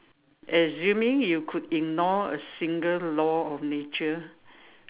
assuming you could ignore a single law of nature